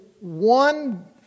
one